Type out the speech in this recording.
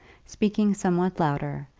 speaking somewhat louder,